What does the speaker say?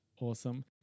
Awesome